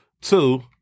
Two